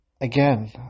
again